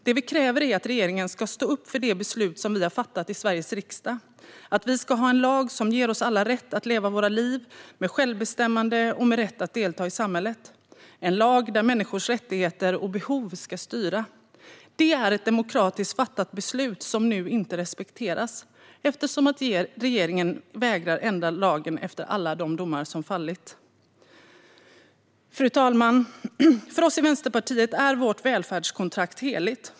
Det vi kräver är att regeringen ska stå upp för det beslut vi har fattat i Sveriges riksdag: att vi ska ha en lag som ger oss alla rätt att leva våra liv med självbestämmande och med rätt att delta i samhället. Vi ska ha en lag där människors rättigheter och behov ska styra. Det är ett demokratiskt fattat beslut som nu inte respekteras, eftersom regeringen vägrar att ändra lagen efter alla de domar som fallit. Fru talman! För oss i Vänsterpartiet är vårt välfärdskontrakt heligt.